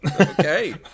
Okay